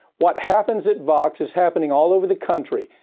what happens at vox is happening all over the country.